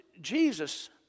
Jesus